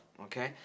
Okay